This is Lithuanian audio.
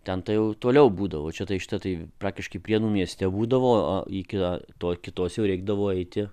ten tuojau toliau būdavo čia tai šita tai praktiškai prienų mieste būdavo iki to kitos jau reikdavo eiti